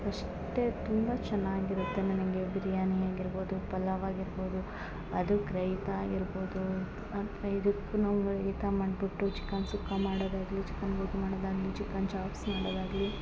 ಅಷ್ಟೇ ತುಂಬ ಚೆನ್ನಾಗಿರುತ್ತೆ ನನಗೆ ಬಿರ್ಯಾನಿ ಆಗಿರ್ಬೌದು ಪಲಾವ್ ಆಗಿರ್ಬೌದು ಅದಕ್ಕೆ ರಾಯ್ತ ಆಗಿರ್ಬೌದು ಅಥ್ವಾ ಇದಕ್ಕು ನಮ್ಮ ರಾಯ್ತ ಮಾಡ್ಬುಟ್ಟು ಚಿಕನ್ ಸುಕ್ಕ ಮಾಡೋದಾಗಲಿ ಚಿಕನ್ ಬೊಗ್ ಮಾಡೊದಾಗಲಿ ಚಿಕನ್ ಚಾಪ್ಸ್ ಮಾಡೋದಾಗಲಿ